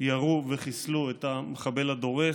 ירו וחיסלו את המחבל הדורס.